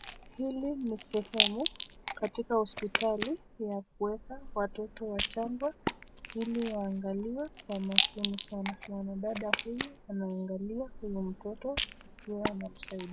Hili ni sehemu katika hospitali ya kuweka watoto wachanga ili waangaliwe kwa makini sana mwanadada huyu anaangalia huyu mtoto.